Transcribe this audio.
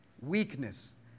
weakness